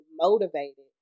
motivated